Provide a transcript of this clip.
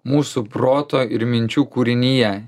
mūsų proto ir minčių kūrinyje